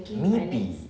maybe